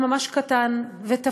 רבה,